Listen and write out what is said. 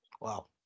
Wow